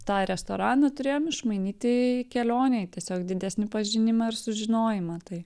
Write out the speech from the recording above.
tą restoraną turėjom išmainyti į kelionę į tiesiog didesnį pažinimą ir sužinojimą tai